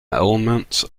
elements